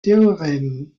théorème